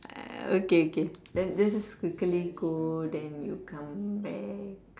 uh okay okay then let's just quickly go then you come back